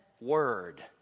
word